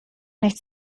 nichts